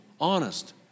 honest